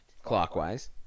Clockwise